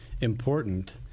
important